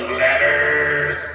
letters